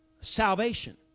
salvation